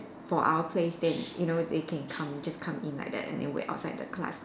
for our place they you know they can come just come in like that and then wait outside the class